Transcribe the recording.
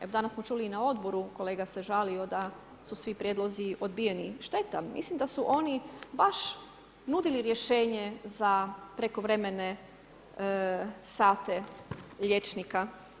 Evo danas smo čuli i na odboru kolega se žalio da su svi prijedlozi odbijeni, šteta, mislim da su oni baš nudili rješenje za prekovremene sate liječnika.